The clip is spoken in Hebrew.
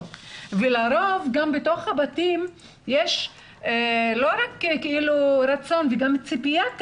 ולרוב בתוך הבתים יש לא רצון אלא גם ציפייה,